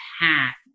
path